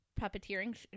puppeteering